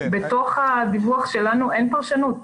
בתוך הדיווח שלנו אין פרשנות.